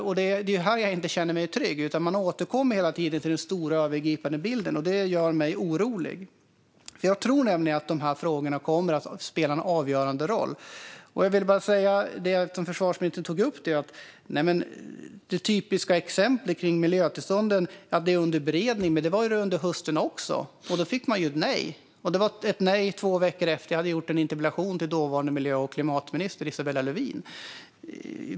Men här känner jag mig inte trygg eftersom han hela tiden återkommer till den stora, övergripande bilden, vilket gör mig orolig. Jag tror nämligen att dessa frågor kommer att spela en avgörande roll. Försvarsministern tog åter upp att miljötillstånden är under beredning. Men det var de under hösten också, och då fick man ett nej. Det var två veckor efter att jag hade ställt en interpellation till dåvarande miljö och klimatminister Isabella Lövin.